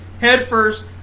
headfirst